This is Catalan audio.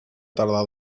tardar